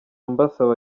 mbasaba